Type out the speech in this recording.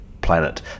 planet